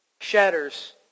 shatters